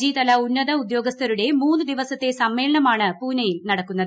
G തല ഉന്നത ഉദ്യോഗസ്ഥരുടെ മൂന്ന് ദിവസത്തെ സമ്മേളനമാണ് പൂനെയിൽ നടക്കുന്നത്